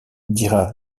dira